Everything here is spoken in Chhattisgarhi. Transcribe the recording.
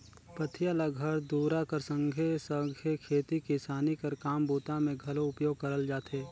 पथिया ल घर दूरा कर संघे सघे खेती किसानी कर काम बूता मे घलो उपयोग करल जाथे